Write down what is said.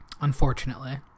Unfortunately